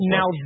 Now